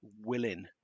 willing